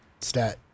stat